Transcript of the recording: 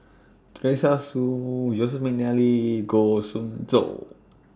Teresa Hsu Joseph Mcnally Goh Soon Tioe